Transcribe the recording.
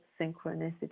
synchronicity